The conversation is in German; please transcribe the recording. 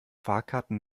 fahrkarten